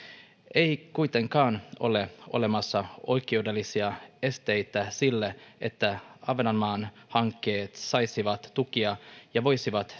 ei kuitenkaan ole olemassa oikeudellisia esteitä sille että ahvenanmaan hankkeet saisivat tukia ja voisivat